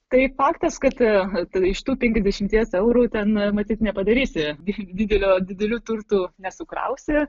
tai faktas kad iš tų penkiasdešimties eurų ten matyt nepadarysi didelio didelių turtų nesukrausi